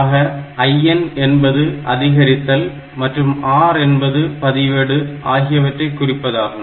ஆக IN என்பது அதிகரித்தல் மற்றும் R என்பது பதிவேடு ஆகியவற்றை குறிப்பதாகும்